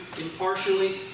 impartially